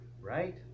right